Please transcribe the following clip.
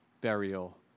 burial